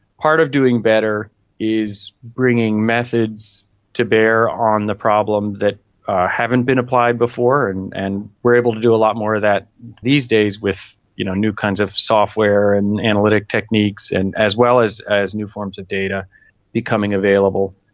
part of doing better is bringing methods to bear on the problem that haven't been applied before, and and we are able to do a lot more of that these days with you know new kinds of software and analytic techniques, and as well as as new forms of data becoming available.